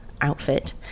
outfit